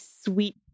sweet